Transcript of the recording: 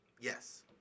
Yes